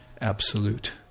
absolute